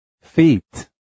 Feet